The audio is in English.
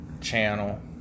channel